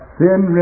sin